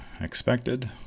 expected